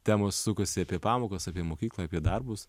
temos sukasi apie pamokas apie mokyklą apie darbus